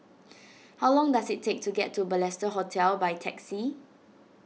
how long does it take to get to Balestier Hotel by taxi